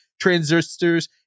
transistors